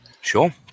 sure